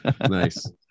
Nice